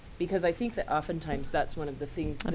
because i think that oftentimes that's one of the things um